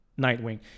Nightwing